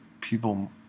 people